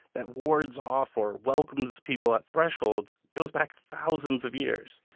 that wards off or welcomes people at thresholds goes back thousands of years.